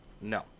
No